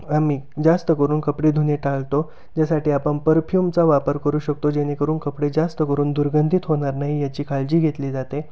आम्ही जास्त करून कपडे धुणे टाळतो ज्यासाठी आपण परफ्युमचा वापर करू शकतो जेणेकरून कपडे जास्त करून दुर्गंधित होणार नाही याची काळजी घेतली जाते